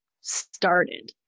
started